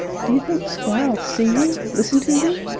d'you think squire'll see you listen to you?